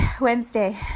Wednesday